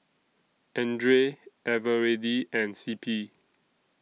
Andre Eveready and C P